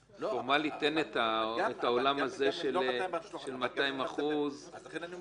פורמלית כבר אין העולם של 200%. לכן אני אומר,